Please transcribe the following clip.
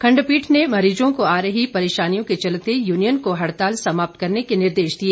खंडपीठ ने मरीजों को आ रही परेशानियों के चलते यूनियन को हड़ताल समाप्त करने के निर्देश दिए